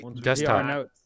Desktop